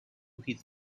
his